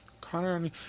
Connor